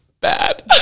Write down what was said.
bad